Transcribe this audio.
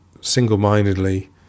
single-mindedly